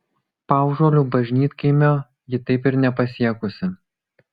paužuolių bažnytkaimio ji taip pat nepasiekusi